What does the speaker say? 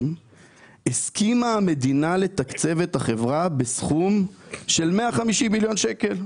הסכימה המדינה לתקצב את החברה בסכום של 150 מיליון שקל.